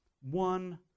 one